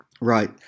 right